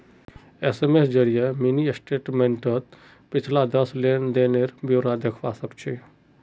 SMS जरिए mini स्टेटमेंटत पिछला दस लेन देनेर ब्यौरा दखवा सखछी